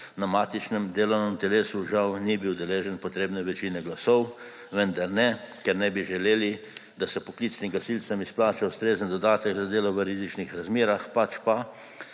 na matičnem delovnem telesu žal ni bil deležen potrebne večin glasov, vendar ne, ker ne bi želeli, da se poklicnim gasilcem izplača ustrezen dodatek za delo v rizičnih razmerah, pač pa,